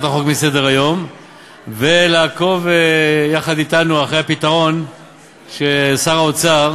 החוק מסדר-היום ולעקוב יחד אתנו אחרי הפתרון ששר האוצר